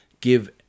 give